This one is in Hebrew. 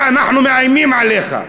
אנחנו מאיימים עליך.